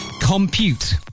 Compute